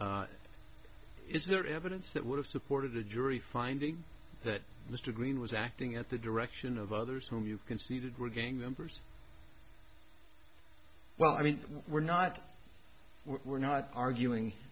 that is their evidence that would have supported a jury finding that mr green was acting at the direction of others whom you conceded were gang members well i mean we're not we're not arguing